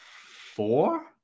four